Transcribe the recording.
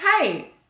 Hey